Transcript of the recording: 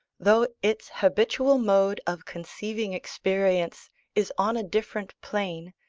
though its habitual mode of conceiving experience is on a different plane,